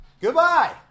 Goodbye